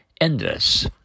endless